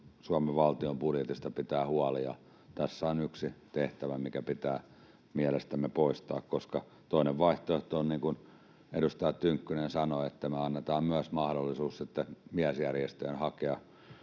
Suomen valtion budjetista pitää huoli, ja tässä on yksi tehtävä, mikä pitää mielestämme poistaa, koska toinen vaihtoehto on, niin kuin edustaja Tynkkynen sanoi, että me annetaan mahdollisuus myös miesjärjestöjen hakea